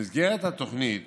במסגרת התוכנית